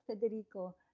Federico